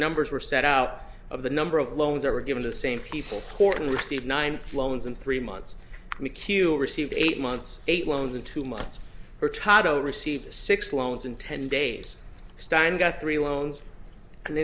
numbers were set out of the number of loans that were given the same people court and received nine loans and three months mchugh received eight months eight loans in two months hurtado received six loans in ten days stein got three loans an